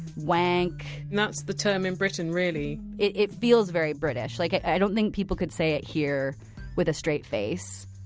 wank wanking. that's the term in britain really it it feels very british. like i don't think people could say it here with a straight face.